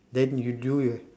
then you do your